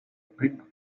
pink